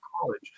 college